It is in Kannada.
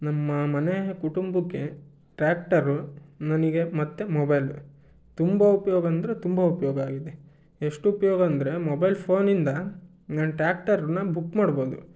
ನಮ್ಮ ಮನೆ ಕುಟುಂಬಕ್ಕೆ ಟ್ರ್ಯಾಕ್ಟರು ನನಗೆ ಮತ್ತು ಮೊಬೈಲು ತುಂಬ ಉಪ್ಯೋಗ ಅಂದರೆ ತುಂಬ ಉಪಯೋಗ ಆಗಿದೆ ಎಷ್ಟು ಉಪಯೋಗ ಅಂದರೆ ಮೊಬೈಲ್ ಫೋನಿಂದ ನನ್ನ ಟ್ರ್ಯಾಕ್ಟರುನ ಬುಕ್ ಮಾಡ್ಬೋದು